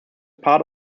part